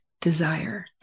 desire